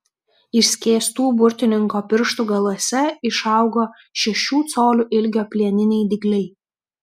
išskėstų burtininko pirštų galuose išaugo šešių colių ilgio plieniniai dygliai